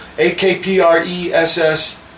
A-K-P-R-E-S-S